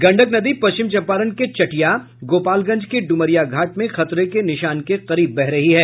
गंडक नदी पश्चिम चंपारण के चटिया गोपालगंज के डुमरियाघाट में खतरे के निशान के करीब बह रही है